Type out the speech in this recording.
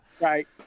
Right